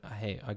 hey